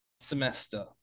semester